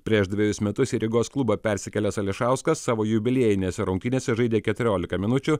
prieš dvejus metus į rygos klubą persikėlęs ališauskas savo jubiliejinėse rungtynėse žaidė keturiolika minučių